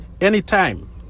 Anytime